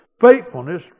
Faithfulness